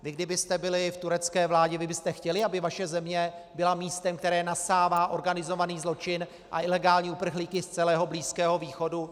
Kdybyste byli v turecké vládě, chtěli byste, aby vaše země byla místem, které nasává organizovaný zločin a ilegální uprchlíky z celého Blízkého východu?